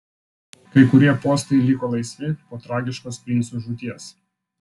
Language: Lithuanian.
kai kurie postai liko laisvi po tragiškos princų žūties